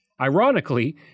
Ironically